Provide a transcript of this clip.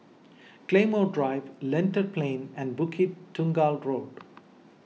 Claymore Drive Lentor Plain and Bukit Tunggal Road